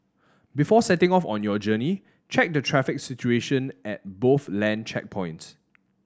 before setting off on your journey check the traffic situation at both land checkpoints